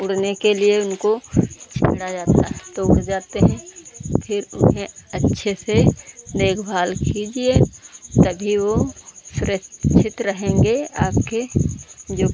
उड़ने के लिए उनको छोड़ा जाता है तो उड़ जाते हैं फिर उन्हें अच्छे से देखभाल कीजिए तभी वह सुरक्षित रहेंगे आपके जो की